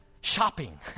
shopping